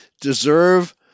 deserve